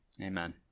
Amen